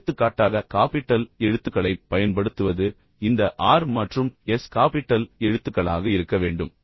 எனவே எடுத்துக்காட்டாக காபிட்டல் எழுத்துக்களைப் பயன்படுத்துவது இந்த ஆர் மற்றும் எஸ் காபிட்டல் எழுத்துக்களாக இருக்க வேண்டும்